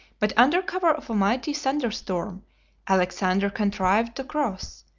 but under cover of a mighty thunderstorm alexander contrived to cross,